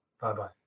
Bye-bye